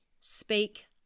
speak